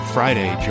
Friday